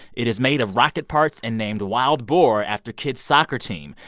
it is made of rocket parts and named wild boar after kids' soccer team.